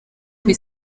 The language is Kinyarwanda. kuri